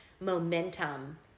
momentum